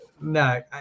no